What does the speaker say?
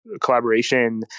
collaboration